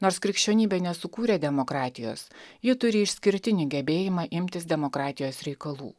nors krikščionybė nesukūrė demokratijos ji turi išskirtinį gebėjimą imtis demokratijos reikalų